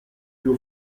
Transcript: più